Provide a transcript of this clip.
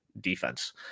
defense